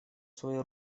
свои